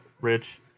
Rich